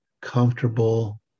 comfortable